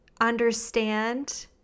Understand